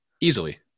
Easily